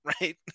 right